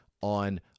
on